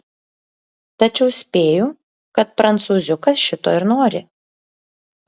tačiau spėju kad prancūziukas šito ir nori